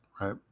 right